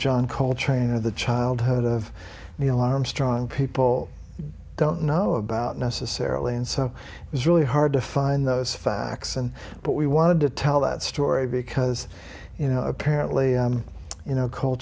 john coltrane of the childhood of the armstrong people don't know about necessarily and so it's really hard to find those facts and but we wanted to tell that story because you know apparently you know